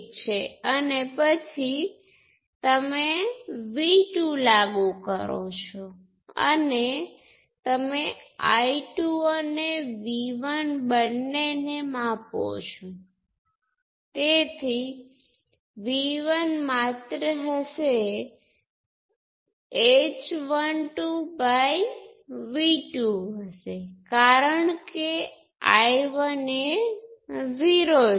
છેલ્લે આપણે ફરીથી g પેરામિટર પર નજર કરીશું આપણી પાસે બે ઇક્વેશન છે જેમાં બે ટર્મ નો સરવાળો પ્રથમ ઇક્વેશન કરંટમાં પરિણમે છે જે બે કરંટનો સરવાળો છે